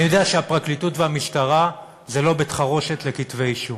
אני יודע שהפרקליטות והמשטרה הן לא בית-חרושת לכתבי-אישום,